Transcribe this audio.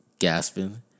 Gasping